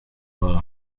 wawe